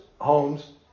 homes